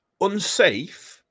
unsafe